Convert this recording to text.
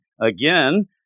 Again